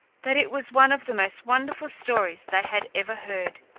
that it was one of the most wonderful stories they had ever heard,